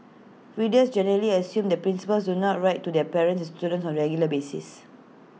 readers generally assume that principals do not write to their parents and students on regular basis